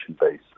base